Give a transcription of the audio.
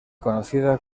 conocida